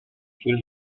filled